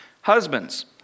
Husbands